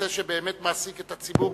נושא שבאמת מעסיק את הציבור,